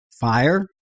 Fire